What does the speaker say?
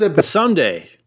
Someday